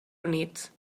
units